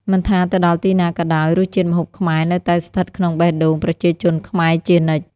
មិនថាទៅដល់ទីណាក៏ដោយ រសជាតិម្ហូបខ្មែរនៅតែស្ថិតក្នុងបេះដូងប្រជាជនខ្មែរជានិច្ច។